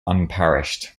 unparished